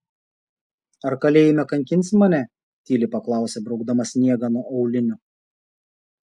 ar kalėjime kankinsi mane tyliai paklausė braukdama sniegą nuo aulinių